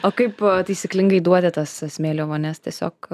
o kaip taisyklingai duodi tas smėlio vonias tiesiog